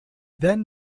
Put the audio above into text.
then